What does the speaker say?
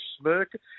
smirk